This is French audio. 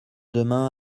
demain